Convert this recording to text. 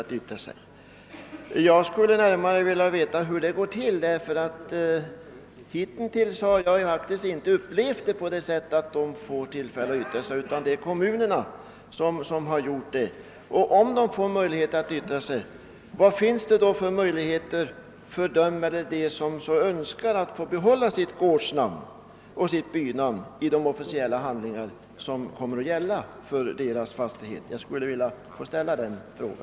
Jag skulle vilja veta närmare hur detta kommer att gå till, därför att jag hittills inte upplevt något sådant. Det har alltid varit kommunerna som fått yttra sig. Om nu fastighetsägarna får yttra sig, vilka möjligheter finns då för dem att få behålla gårdsnamn och bynamn i de officiella handlingar som kommer att gälla för deras fastigheter? Jag skulle vilja ställa denna fråga.